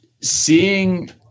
seeing